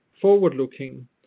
forward-looking